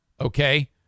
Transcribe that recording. Okay